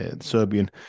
Serbian